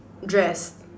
dress